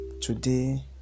Today